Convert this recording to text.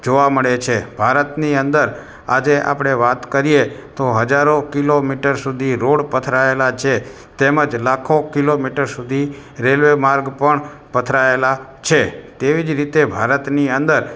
જોવા મળે છે ભારતની અંદર આજે આપણે વાત કરીએ તો હજારો કિલોમીટર સુધી રોડ પથરાયેલા છે તેમજ લાખો કિલોમીટર સુધી રેલવે માર્ગ પણ પથરાયેલા છે તેવી જ રીતે ભારતની અંદર